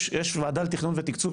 יש ועדה לתכנון ותקצוב,